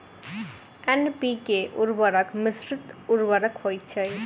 NPK उर्वरक मिश्रित उर्वरक होइत छै